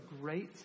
great